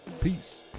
Peace